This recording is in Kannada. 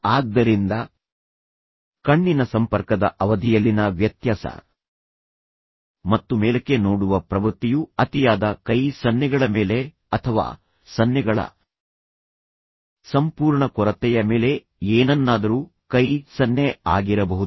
ಆದ್ದರಿಂದ ಕಣ್ಣಿನ ಸಂಪರ್ಕದ ಅವಧಿಯಲ್ಲಿನ ವ್ಯತ್ಯಾಸ ಮತ್ತು ಮೇಲಕ್ಕೆ ನೋಡುವ ಪ್ರವೃತ್ತಿಯು ಅತಿಯಾದ ಕೈ ಸನ್ನೆಗಳ ಮೇಲೆ ಅಥವಾ ಸನ್ನೆಗಳ ಸಂಪೂರ್ಣ ಕೊರತೆಯ ಮೇಲೆ ಏನನ್ನಾದರೂ ಕೈ ಸನ್ನೆ ಆಗಿರಬಹುದು